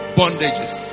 bondages